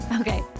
Okay